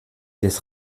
des